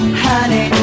honey